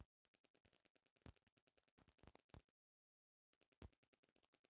सरकार ई सब ढंग से देस के बरियार करत बिया